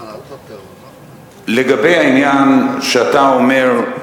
לגבי העניין שאתה אומר,